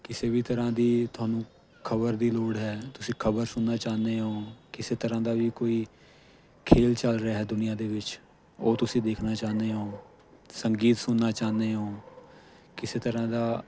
ਕਿਸੇ ਵੀ ਤਰ੍ਹਾਂ ਦੀ ਤੁਹਾਨੂੰ ਖ਼ਬਰ ਦੀ ਲੋੜ ਹੈ ਤੁਸੀਂ ਖ਼ਬਰ ਸੁਣਨਾ ਚਾਹੁੰਦੇ ਓਂ ਕਿਸੇ ਤਰ੍ਹਾਂ ਦਾ ਵੀ ਕੋਈ ਖੇਲ ਚੱਲ ਰਿਹਾ ਹੈ ਦੁਨੀਆਂ ਦੇ ਵਿੱਚ ਉਹ ਤੁਸੀਂ ਦੇਖਣਾ ਚਾਹੁੰਦੇ ਓਂ ਸੰਗੀਤ ਸੁਣਨਾ ਚਾਹੁੰਦੇ ਓਂ ਕਿਸੇ ਤਰ੍ਹਾਂ ਦਾ